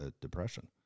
depression